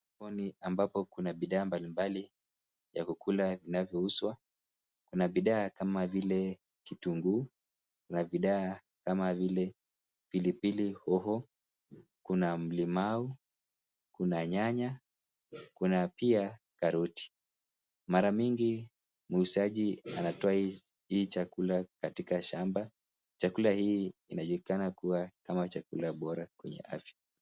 Sokoni ambapo kuna bidhaa mbali mbali ya kukula vinazo uzwa. Kuna bidhaa kama vile kitunguu, kuna bidhaa kama vile pilipili hoho, kuna mlimau, kuna nyanya, kuna pia karoti. Mara mingi muuzaji anatoa hii chakula katika shamba. Chakula hii inajulikana kuwa kama chakula bora kwenye afya.